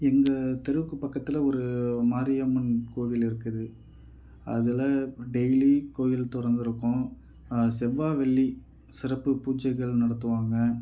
எங்கள் தெருவுக்கு பக்கத்தில் ஒரு மாரியம்மன் கோவில் இருக்குது அதில் டெய்லி கோவில் திறந்துருக்கும் செவ்வாய் வெள்ளி சிறப்பு பூஜைகள் நடத்துவாங்கள்